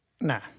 nah